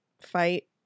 fight